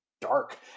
dark